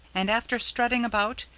and after strutting about,